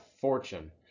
fortune